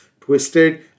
twisted